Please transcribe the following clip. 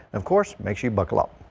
of course makes you buckle up.